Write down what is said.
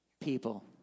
people